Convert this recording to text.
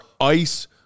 ice